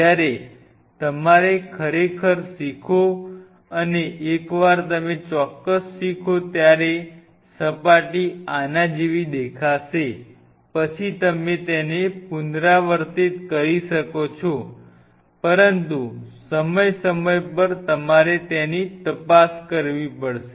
જ્યારે તમારે ખરેખર શીખો અને એકવાર તમે ચોક્કસ શીખો ત્યારે સપાટી આના જેવી દેખાશે પછી તમે તેને પુનરાવર્તિત કરી શકો છો પરંતુ સમય સમય પર તમારે તપાસ કરવી પડશે